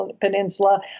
Peninsula